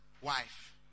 wife